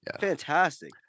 fantastic